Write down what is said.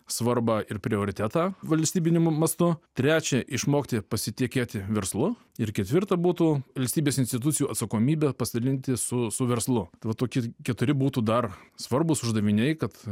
svarbą ir prioritetą valstybiniu mastu trečia išmokti pasitikėti verslu ir ketvirta būtų valstybės institucijų atsakomybė pasidalinti su su verslu tai va toki keturi būtų dar svarbūs uždaviniai kad